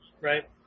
right